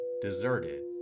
deserted